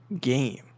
game